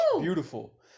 Beautiful